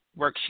worksheet